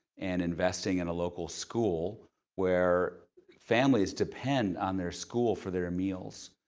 and investing in a local school where families depend on their school for their meals.